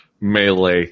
melee